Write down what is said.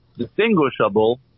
Distinguishable